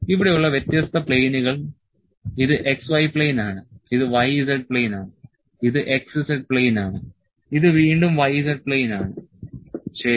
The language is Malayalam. ഇവിടെയുള്ള വ്യത്യസ്ത പ്ലെയിനുകൾ ഇത് x y പ്ലെയിൻ ആണ് ഇത് y z പ്ലെയിൻ ആണ് ഇത് x z പ്ലെയിൻ ആണ് ഇത് വീണ്ടും y z പ്ലെയിൻ ആണ് ശരി